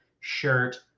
shirt